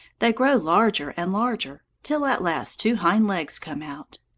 they grow larger and larger, till at last two hind legs come out.